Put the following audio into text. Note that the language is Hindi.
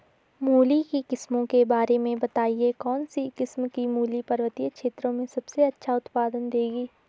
मूली की किस्मों के बारे में बताइये कौन सी किस्म की मूली पर्वतीय क्षेत्रों में सबसे अच्छा उत्पादन देंगी?